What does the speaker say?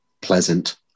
pleasant